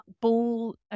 ball